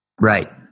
Right